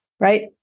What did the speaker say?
right